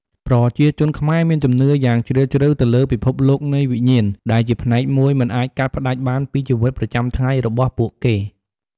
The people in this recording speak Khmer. ប្រជាជនខ្មែរមានជំនឿយ៉ាងជ្រាលជ្រៅទៅលើពិភពលោកនៃវិញ្ញាណ ដែលជាផ្នែកមួយមិនអាចកាត់ផ្ដាច់បានពីជីវិតប្រចាំថ្ងៃរបស់ពួកគេ។